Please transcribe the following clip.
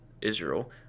Israel